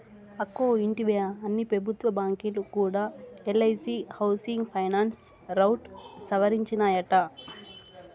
అక్కో ఇంటివా, అన్ని పెబుత్వ బాంకీలు కూడా ఎల్ఐసీ హౌసింగ్ ఫైనాన్స్ రౌట్ సవరించినాయట